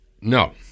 No